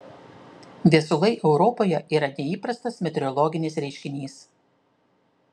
viesulai europoje yra neįprastas meteorologinis reiškinys